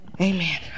Amen